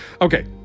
Okay